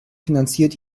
finanziert